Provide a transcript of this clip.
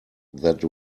that